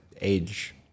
age